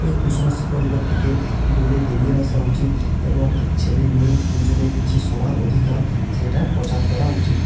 ওই কুসংস্কারগুলো থেকে দূরে বেরিয়ে আসা উচিত এবং ছেলে মেয়ে দুজনের যে সমান অধিকার সেইটার প্রচার করা উচিত